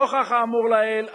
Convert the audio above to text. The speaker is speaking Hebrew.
נוכח האמור לעיל,